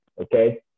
okay